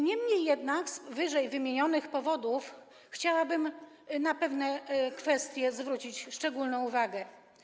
Niemniej jednak z ww. powodów chciałabym na pewne kwestie zwrócić szczególną uwagę.